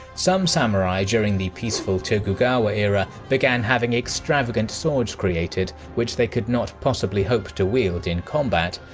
some samurai during the peaceful tokugawa era began having extravagant swords created which they could not possibly hope to wield in combat,